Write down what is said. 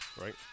Right